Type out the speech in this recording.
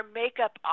makeup